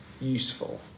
useful